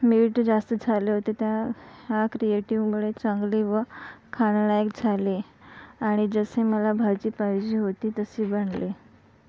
मीठ जास्त झाले होते त्या क्रियेटीमुळे चांगली व खाण्यालायक झाली आणि जशी मला भाजी पाहिजे होती तशी बनली